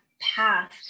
path